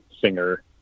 singer